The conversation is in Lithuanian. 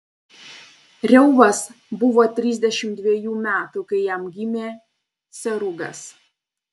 reuvas buvo trisdešimt dvejų metų kai jam gimė serugas